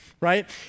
right